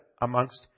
amongst